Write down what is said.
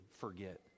forget